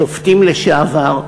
שופטים לשעבר,